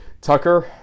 Tucker